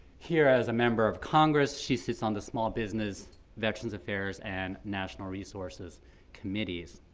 here as a member of congress she sits on the small business veterans affairs and national resources committees.